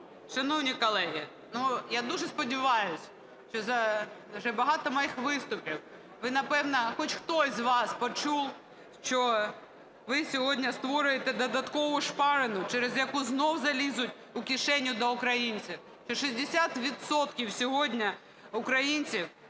Шановні колеги, я дуже сподіваюсь, що вже за багато моїх виступів ви, напевно, хоч хтось з вас почув, що ви сьогодні створюєте додаткову шпарину, через яку знову залізуть у кишеню до українців,